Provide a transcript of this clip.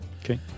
Okay